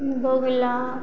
बगुला